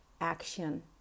action